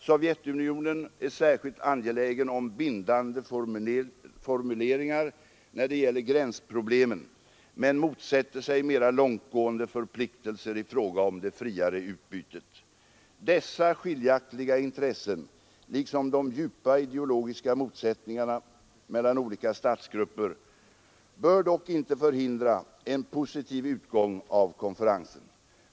Sovjetunionen är särskilt angelägen om bindande formuleringar när det gäller gränsproblemen men motsätter sig mera långtgående förpliktelser i fråga om det friare utbytet. Dessa skiljaktiga intressen liksom de djupa ideologiska motsättningarna mellan olika statsgrupper bör dock inte förhindra en positiv utgång av konferensen.